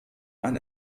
ein